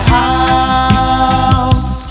house